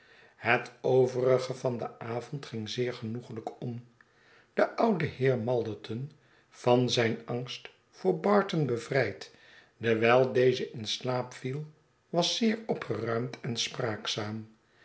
het overige van den avond ging zeer genoeglijk om de oude heer malderton van zijn angst voor barton bevrijd dewijl deze in slaap viel was zeer opgeruimd en spraakzaam